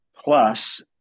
Plus